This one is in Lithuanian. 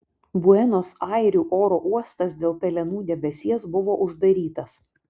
buenos airių oro uostas dėl pelenų debesies buvo uždarytas